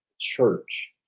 church